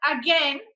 again